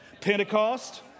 Pentecost